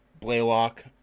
Blaylock